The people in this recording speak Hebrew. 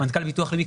מנכ"ל הביטוח הלאומי,